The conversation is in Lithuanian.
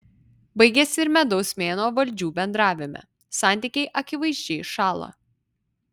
baigiasi ir medaus mėnuo valdžių bendravime santykiai akivaizdžiai šąla